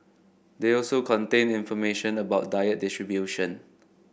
they also contain information about diet distribution